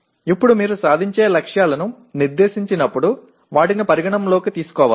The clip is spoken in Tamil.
இப்போது நீங்கள் அடைவதற்கு இலக்குகளை நிர்ணயிக்கும் போது அவை கவனத்துடன் செய்யப்பட வேண்டும்